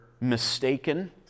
mistaken